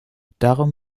darum